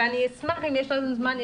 ואני אשמח אם יהיה לנו זמן,